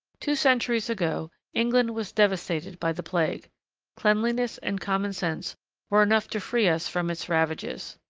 two centuries ago england was devastated by the plague cleanliness and common sense were enough to free us from its ravages.